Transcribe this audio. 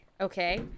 Okay